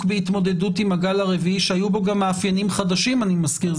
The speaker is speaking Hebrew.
בהתמודדות עם הגל הרביעי שהיו בו גם מאפיינים חדשים אני מזכיר.